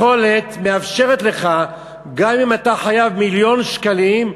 מאפשרת לך, גם אם אתה חייב מיליון שקלים,